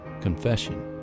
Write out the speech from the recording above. confession